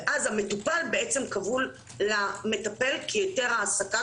ואז המטופל בעצם כבול למטפל כי היתר ההעסקה